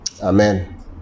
Amen